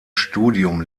studium